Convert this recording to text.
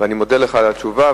אני מודה לך על התשובה.